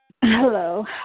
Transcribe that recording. Hello